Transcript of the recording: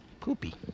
Poopy